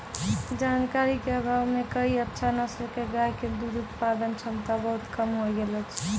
जानकारी के अभाव मॅ कई अच्छा नस्ल के गाय के दूध उत्पादन क्षमता बहुत कम होय गेलो छै